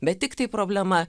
bet tik tai problema